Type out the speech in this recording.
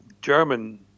German